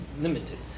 limited